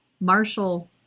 Marshall